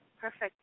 Perfect